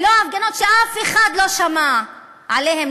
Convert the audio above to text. ולא ההפגנות שאף אחד לא שמע עליהן,